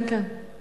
כן, כן.